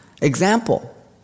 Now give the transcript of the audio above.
example